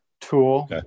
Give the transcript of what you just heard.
tool